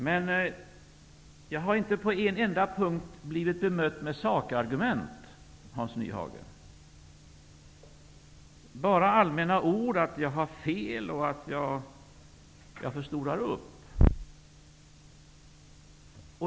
Jag har dock inte på enda punkt blivit bemött med sakargument, Hans Nyhage, utan bara med allmänna ord om att jag har fel och förstorar upp.